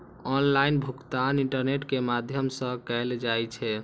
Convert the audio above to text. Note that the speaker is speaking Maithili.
ऑनलाइन भुगतान इंटरनेट के माध्यम सं कैल जाइ छै